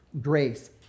grace